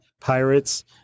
Pirates